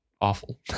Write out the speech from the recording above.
awful